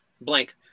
blank